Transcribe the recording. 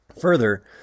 Further